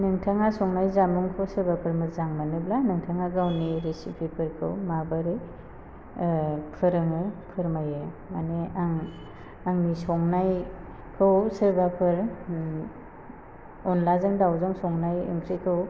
नोंथाङा संनाय जामुंखौ सोरबाफोर मोजां मोनोब्ला नोंथाङा गावनि रिसिपिफोरखौ माबोरै फोरोङो फोरमायो मानि आं आंनि संनायखौ सोरबाफोर अनलाजों दाउजों संनाय ओंख्रिखौ